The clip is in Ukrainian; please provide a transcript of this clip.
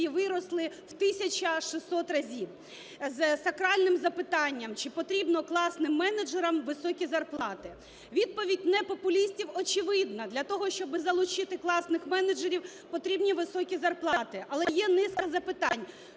в тисяча шістсот разів, з сакральним запитанням: чи потрібно класним менеджерам високі зарплати? Відповідь не популістів очевидна: для того, щоб залучити класних менеджерів, потрібні високі зарплати. Але є низка запитань: